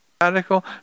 Radical